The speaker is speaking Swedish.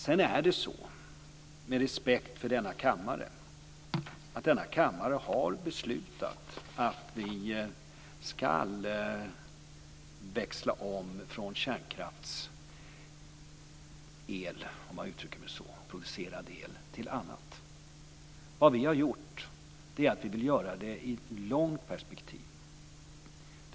Sedan är det så, med respekt för denna kammare, att denna kammare har beslutat att vi ska växla om från kärnkraftsproducerad el till annat. Det vi har gjort beror på att vi vill göra i ett långt perspektiv.